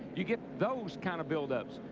you get those kind of buildups.